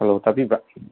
hello ꯇꯥꯕꯤꯕ꯭ꯔꯥ